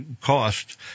cost